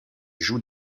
joug